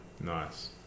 Nice